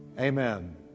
Amen